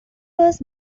was